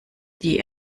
die